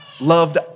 loved